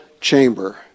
chamber